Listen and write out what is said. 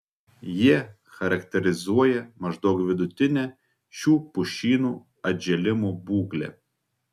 jie charakterizuoja maždaug vidutinę šių pušynų atžėlimo būklę